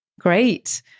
Great